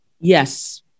Yes